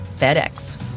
FedEx